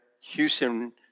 Houston